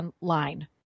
online